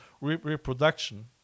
reproduction